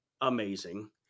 amazing